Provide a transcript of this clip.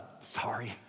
sorry